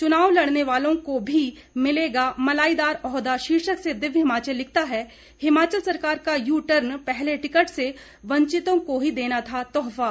चुनाव लड़ने वालों को भी मिलेगा मलाईदार ओहदा शीर्षक से दिव्य हिमाचल लिखता है हिमाचल सरकार का यू टर्न पहले टिकट से वंचितों को ही देना था तोहफा